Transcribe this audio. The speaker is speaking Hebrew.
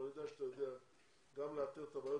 אני יודע שאתה יודע גם לאתר את הבעיות